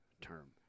term